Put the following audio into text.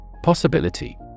Possibility